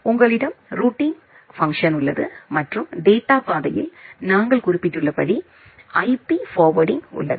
உங்களிடம் routing function உள்ளது மற்றும் டேட்டா பாதையில் நாங்கள் குறிப்பிட்டுள்ளபடி ஐபி ஃபார்வேர்டிங் உள்ளது